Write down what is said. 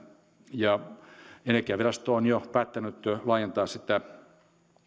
ja energiavirasto on jo päättänyt laajentaa sitä